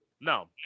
No